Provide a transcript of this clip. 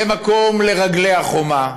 זה מקום לרגלי החומה,